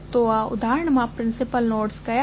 તો આ ઉદાહરણમાં પ્રિન્સિપલ નોડ્સ કયા છે